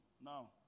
now